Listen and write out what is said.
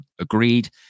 Agreed